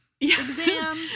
Exam